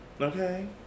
Okay